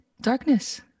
darkness